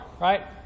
right